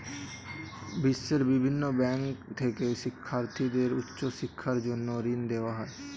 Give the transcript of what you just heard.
বিশ্বের বিভিন্ন ব্যাংক থেকে শিক্ষার্থীদের উচ্চ শিক্ষার জন্য ঋণ দেওয়া হয়